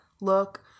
look